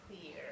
clear